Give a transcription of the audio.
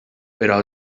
però